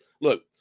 Look